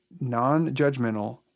non-judgmental